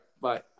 bye